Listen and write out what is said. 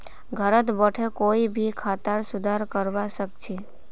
घरत बोठे कोई भी खातार सुधार करवा सख छि